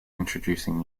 introducing